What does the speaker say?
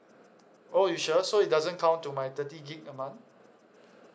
oh you sure so it doesn't count to my thirty gig a month